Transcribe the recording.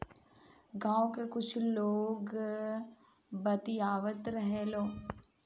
गाँव के कुछ लोग बतियावत रहेलो